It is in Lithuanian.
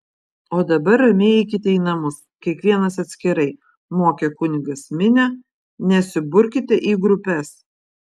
o dabar ramiai eikite į namus kiekvienas atskirai mokė kunigas minią nesiburkite į grupes